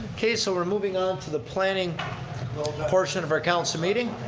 okay, so we're moving on to the planning portion of our councilor meeting.